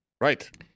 Right